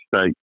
state